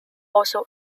also